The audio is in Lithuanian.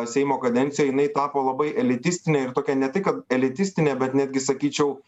seimo kadencijoj jinai tapo labai elitistinė ir tokia ne tik kad elitistinė bet netgi sakyčiau